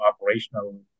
operational